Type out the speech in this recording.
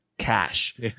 cash